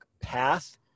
path